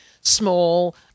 small